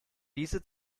diese